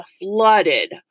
flooded